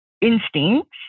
instincts